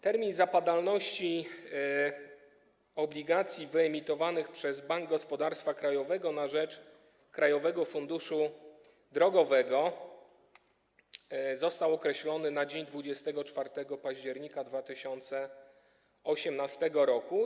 Termin zapadalności obligacji wyemitowanych przez Bank Gospodarstwa Krajowego na rzecz Krajowego Funduszu Drogowego został określony na dzień 24 października 2018 r.